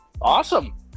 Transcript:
Awesome